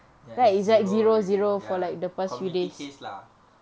ya it's zero already ya community case lah